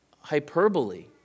hyperbole